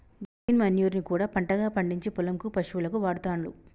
green manure ని కూడా పంటగా పండిచ్చి పొలం కు పశువులకు వాడుతాండ్లు